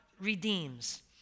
redeems